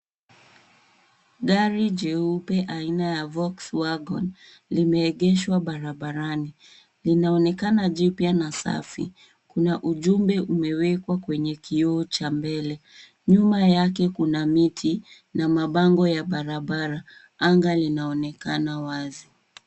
Gari jeupe aina ya Volkswagen limeegeshwa barabarani linaonekana jipya na safi. Kuna ujumbe umewekwa kwenye kioo cha mbele. Nyuma yake kuna miti na mabango ya barabara, anga linaonekana wazi.